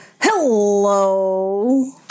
hello